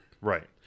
Right